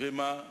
ומתוך אמונה,